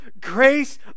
grace